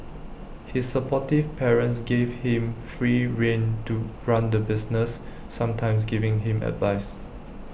his supportive parents gave him free rein to run the business sometimes giving him advice